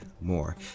more